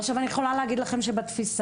עכשיו אני יכולה להגיד לכם שבתפיסה,